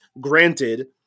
granted